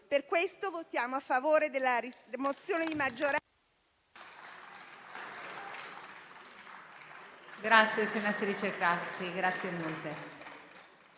Per questo votiamo a favore della mozione di maggioranza,